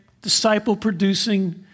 disciple-producing